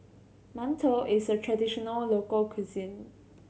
mantou is a traditional local cuisine